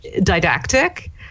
didactic